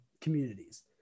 communities